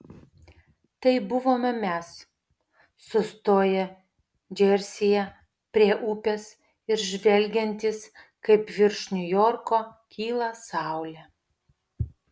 tai buvome mes sustoję džersyje prie upės ir žvelgiantys kaip virš niujorko kyla saulė